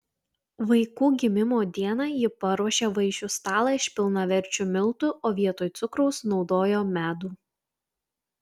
vaikų gimimo dieną ji paruošė vaišių stalą iš pilnaverčių miltų o vietoj cukraus naudojo medų